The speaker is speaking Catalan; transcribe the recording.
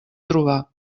trobar